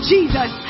Jesus